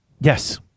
Yes